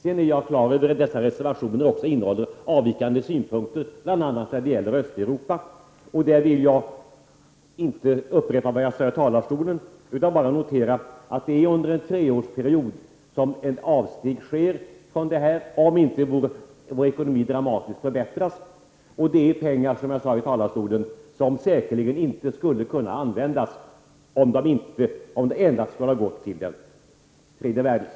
Jag är också klar över att dessa reservationer innehåller avvikande synpunkter, bl.a. när det gäller Östeuropa. Jag skall inte upprepa vad jag tidigare sade utan bara notera att det är under en treårsperiod som det sker ett avsteg, om inte vår ekonomi dramatiskt förbättras. Det rör sig om pengar som säkerligen inte skulle kunna användas, om de endast skulle ha gått till den tredje världen.